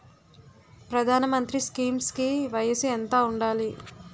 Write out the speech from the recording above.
ప్రధాన మంత్రి స్కీమ్స్ కి వయసు ఎంత ఉండాలి?